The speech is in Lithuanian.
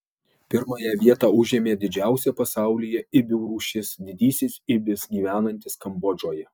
pirmąją vietą užėmė didžiausia pasaulyje ibių rūšis didysis ibis gyvenantis kambodžoje